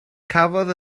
cafodd